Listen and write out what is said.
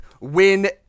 win